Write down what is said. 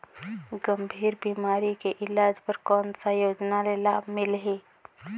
गंभीर बीमारी के इलाज बर कौन सा योजना ले लाभ मिलही?